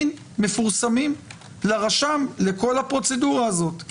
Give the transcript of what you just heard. הקטין הזה, אין לו רכוש, אבל הוא קטין.